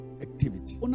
Activity